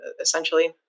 essentially